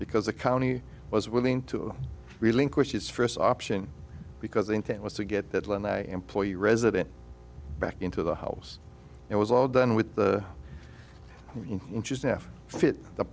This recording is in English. because the county was willing to relinquish its first option because the intent was to get that land that employee resident back into the house it was all done with the interest now fit the